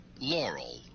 Laurel